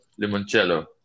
Limoncello